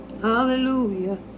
hallelujah